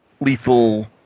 lethal